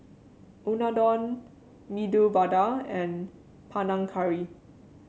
Unadon Medu Vada and Panang Curry